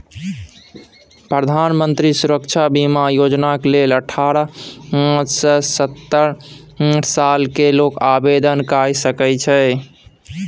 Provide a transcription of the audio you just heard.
प्रधानमंत्री सुरक्षा बीमा योजनाक लेल अठारह सँ सत्तरि सालक लोक आवेदन कए सकैत छै